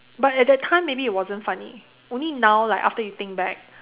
but at that time maybe it wasn't funny only now like after you think back